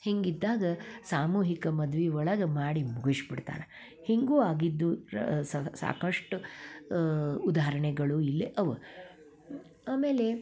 ಹಿಂಗೆ ಇದ್ದಾಗ ಸಾಮೂಹಿಕ ಮದ್ವೆ ಒಳಗೆ ಮಾಡಿ ಮುಗಿಸ್ಬಿಡ್ತಾರಾ ಹೀಗೂ ಆಗಿದ್ದು ಸಾಕಷ್ಟು ಉದಾಹರಣೆಗಳು ಇಲ್ಲೇ ಅವೆ ಆಮೇಲೆ